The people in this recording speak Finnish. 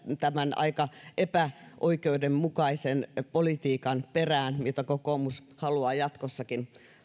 tämän aika epäoikeudenmukaisen politiikan perään mitä kokoomus haluaa jatkossakin